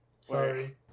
Sorry